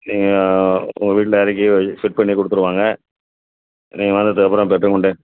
இங்கே உங்கள் வீட்டில இறக்கி செட் பண்ணி கொடுத்துருவாங்க நீங்கள் வந்ததுக்கப்புறம்